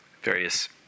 various